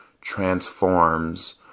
transforms